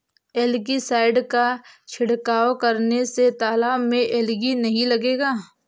algae side का छिड़काव करने से तालाब में एलगी नहीं लगेगा